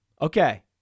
Okay